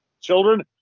Children